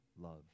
love